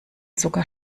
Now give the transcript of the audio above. sogar